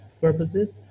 purposes